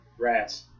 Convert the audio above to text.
rat's